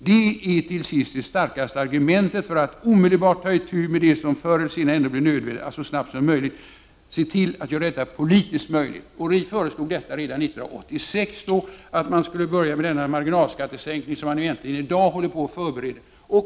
Det är till sist det starkaste argumentet för att omedelbart ta itu med det som ändå förr eller senare blir nödvändigt; att så snart som möjligt se till att göra det politiskt omöjliga möjligt.” Redan 1986 föreslog vi att man skulle börja med denna marginalskattesänkning som man äntligen i dag håller på att förbereda.